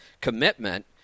commitment